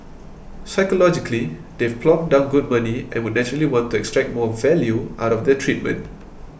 psychologically they've plonked down good money and would naturally want to extract more value out of their treatment